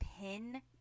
pin